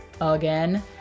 again